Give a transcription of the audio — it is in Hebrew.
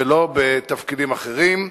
ולא בתפקידים אחרים.